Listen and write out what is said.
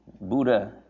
Buddha